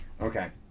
Okay